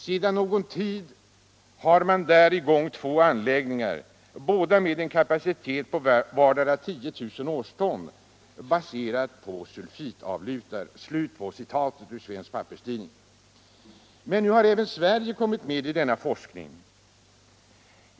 Sedan någon tid har man där i gång två anläggningar båda med en kapacitet av vardera 10 000 årston, baserat på sulfitavlutar.” Nu har även Sverige kommit med i denna forskning.